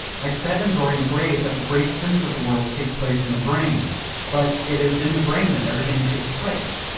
i said in dorian gray that the great sins of the world take place in the brain but it is in the brain that everything takes place.